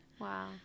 wow